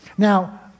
Now